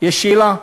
יש שאלה: